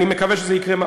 אני מקווה שזה יקרה,